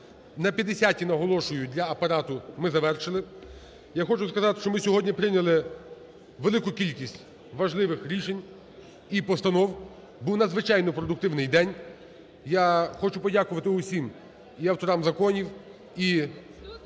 На 50-й, наголошую, для Апарату, ми завершили. Я хочу сказати, що ми сьогодні прийняли велику кількість важливих рішень і постанов, був надзвичайно продуктивний день. Я хочу подякувати усім і авторам законів,